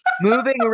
moving